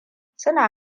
suna